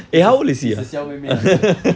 he's a he's a xiao mei mei hunter